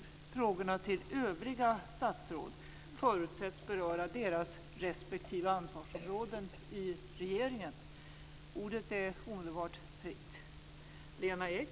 Frågorna till övriga statsråd förutsätts beröra deras respektive ansvarsområden inom regeringen. Ordet är omedelbart fritt.